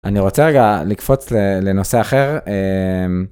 אני רוצה רגע לקפוץ לנושא אחר.